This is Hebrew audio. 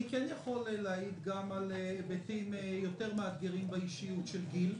אני כן יכול להעיד גם על היבטים יותר מאתגרים באישיות של גיל.